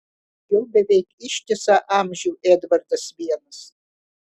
jau beveik ištisą amžių edvardas vienas